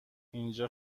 اینجا